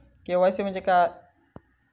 KYC म्हणजे काय?